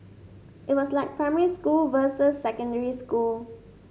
it was like primary school versus secondary school